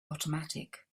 automatic